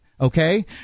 okay